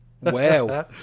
wow